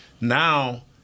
now